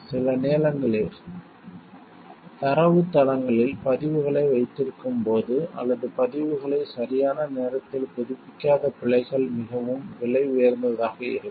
சில நேரங்களில் தரவுத்தளங்களில் பதிவுகளை வைத்திருக்கும் போது அல்லது பதிவுகளை சரியான நேரத்தில் புதுப்பிக்காத பிழைகள் மிகவும் விலை உயர்ந்ததாக இருக்கும்